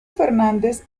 fernández